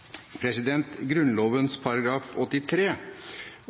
83